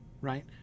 Right